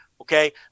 Okay